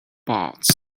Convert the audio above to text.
parts